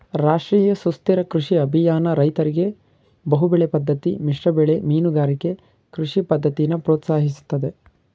ರಾಷ್ಟ್ರೀಯ ಸುಸ್ಥಿರ ಕೃಷಿ ಅಭಿಯಾನ ರೈತರಿಗೆ ಬಹುಬೆಳೆ ಪದ್ದತಿ ಮಿಶ್ರಬೆಳೆ ಮೀನುಗಾರಿಕೆ ಕೃಷಿ ಪದ್ದತಿನ ಪ್ರೋತ್ಸಾಹಿಸ್ತದೆ